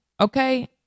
Okay